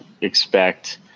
expect